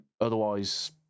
Otherwise